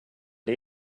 det